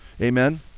Amen